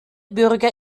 bürger